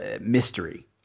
mystery